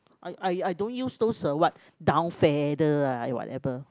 I I I don't use those uh what down feather ah whatever